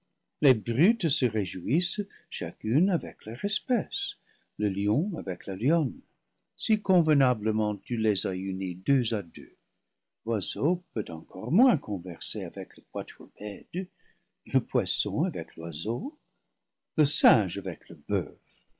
les brutes se réjouissent chacune avec leur espèce le lion avec la lionne si convenablement tu les as unies deux à deux l'oiseau peut encore moins converser avec le quadrupède le poisson avec l'oiseau le singe avec le